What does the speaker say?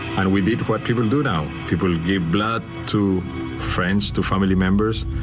and we did what people do now. people give blood to friends, to family members.